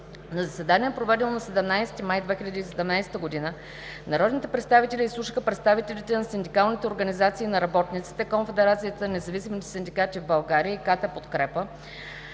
На заседание, проведено на 17 май 2017 г., народните представители изслушаха представителите на синдикалните организации на работниците – Конфедерация на независимите синдикати в България и КТ „Подкрепа“